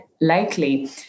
likely